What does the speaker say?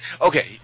okay